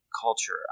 culture